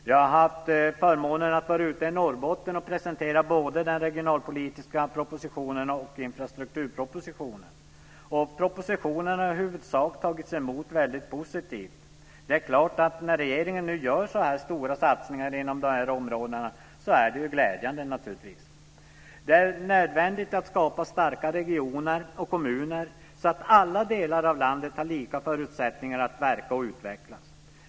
Jag har haft förmånen att vara ute i Norrbotten och presentera både den regionalpolitiska propositionen infrastrukturpropositionen. Propositionerna har i huvudsak tagits emot väldigt positivt. Det är klart att det är glädjande att regeringen nu gör så stora satsningar inom de här områdena. Det är nödvändigt att skapa starka regioner och kommuner så att alla delar av landet har samma förutsättningar att verka och utvecklas.